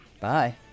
Bye